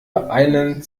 einen